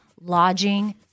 lodging